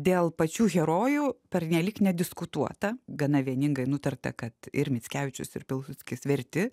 dėl pačių herojų pernelyg nediskutuota gana vieningai nutarta kad ir mickevičius ir pilsudskis verti